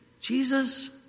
Jesus